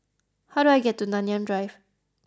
how do I get to Nanyang Drive